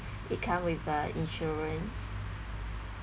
it come with a insurance